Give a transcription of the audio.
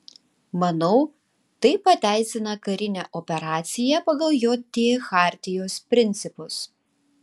manau tai pateisina karinę operaciją pagal jt chartijos principus